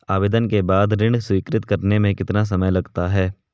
आवेदन के बाद ऋण स्वीकृत करने में कितना समय लगता है?